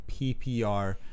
PPR